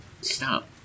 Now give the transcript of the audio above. Stop